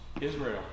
Israel